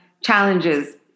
Challenges